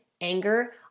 anger